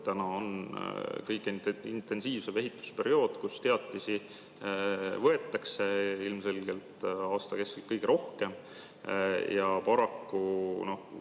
on kõige intensiivsem ehitusperiood, teatisi võetakse ilmselgelt aasta keskel kõige rohkem. Paraku on